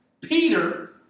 Peter